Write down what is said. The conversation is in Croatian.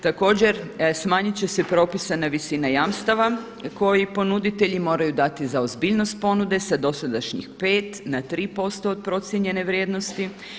Također smanjit će se propisana visina jamstava koji ponuditelji moraju dati za ozbiljnost ponude sa dosadašnjih 5 na 3% od procijenjene vrijednosti.